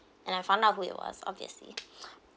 and I found out who it was obviously